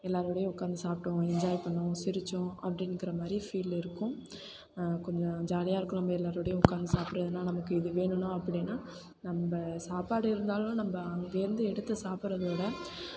எல்லோரோடயும் உட்காந்து சாப்பிட்டோம் என்ஜாய் பண்ணோம் சிரித்தோம் அப்படிங்கிற மாதிரி ஃபீல் இருக்கும் கொஞ்சம் ஜாலியாக இருக்கும் நம்ம எல்லோரோடயும் உட்காந்து சாப்பிட்றதுனா நமக்கு இது வேணும்னா அப்படினா நம்ம சாப்பாடு இருந்தாலும் நம்ம அங்கேயிருந்து எடுத்து சாப்பிட்றதோட